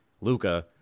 Luca